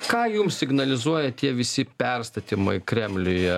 ką jums signalizuoja tie visi perstatymai kremliuje